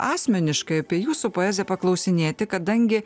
asmeniškai apie jūsų poeziją paklausinėti kadangi